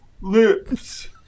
lips